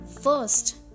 first